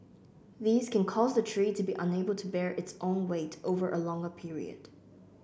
these can cause the tree to be unable to bear its own weight over a longer period